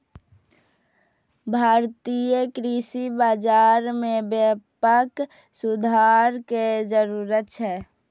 भारतीय कृषि बाजार मे व्यापक सुधार के जरूरत छै